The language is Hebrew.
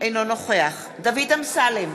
אינו נוכח דוד אמסלם,